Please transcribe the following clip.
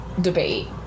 debate